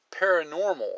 paranormal